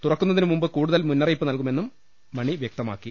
തുറക്കുന്നതിന് മുമ്പ് കൂടുതൽ മുന്നറിയിപ്പ് നൽകുമെന്നും മണി വൃക്തമാക്കി